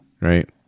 right